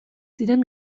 ziren